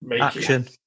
Action